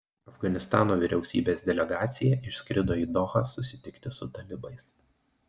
afganistano vyriausybės delegacija išskrido į dohą susitikti su talibais